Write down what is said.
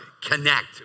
connect